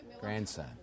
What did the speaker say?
grandson